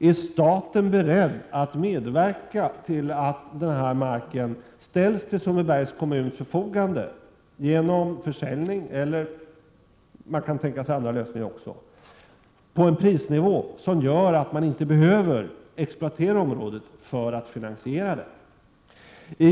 Är staten beredd att medverka till att den här marken ställs till Sundbybergs kommuns förfogande genom en försäljning eller genom andra tänkbara lösningar, och att detta sker på en prisnivå som gör att man inte behöver exploatera området för att finansiera det hela?